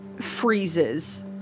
freezes